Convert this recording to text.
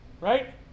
Right